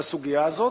בסוגיה הזאת,